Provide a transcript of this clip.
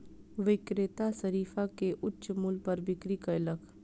विक्रेता शरीफा के उच्च मूल्य पर बिक्री कयलक